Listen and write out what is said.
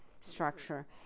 structure